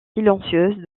silencieuses